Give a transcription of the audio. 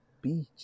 Beach